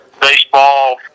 Baseball